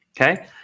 Okay